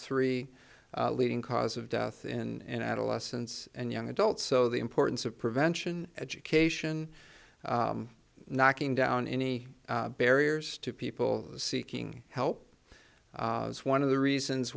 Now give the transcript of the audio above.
three leading cause of death in adolescents and young adults so the importance of prevention education knocking down any barriers to people seeking help as one of the reasons